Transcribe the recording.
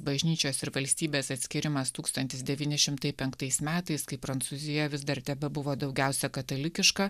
bažnyčios ir valstybės atskyrimas tūkstantis devyni šimtai penktais metais kai prancūzija vis dar tebebuvo daugiausia katalikiška